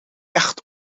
echt